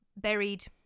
buried